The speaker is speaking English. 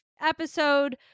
episode